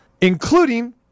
including